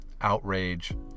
outrage